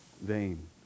vain